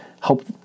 help